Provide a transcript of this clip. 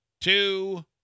two